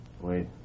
Wait